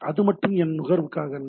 அது மட்டும் என் நுகர்வுக்காக அல்ல